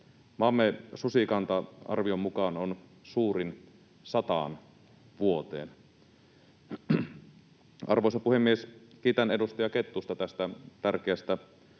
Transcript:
Maamme susikanta arviomme mukaan on suurin 100 vuoteen. Arvoisa puhemies! Kiitän edustaja Kettusta tästä tärkeästä